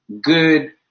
good